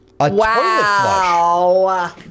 Wow